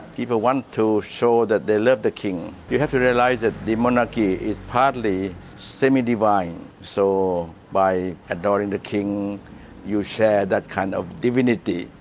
people want to show that they love the king. you have to realise that the monarchy is partly semi-divine, so by adoring the king you share that kind of divinity.